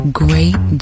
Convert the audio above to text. great